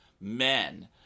men